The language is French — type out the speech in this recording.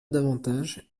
davantage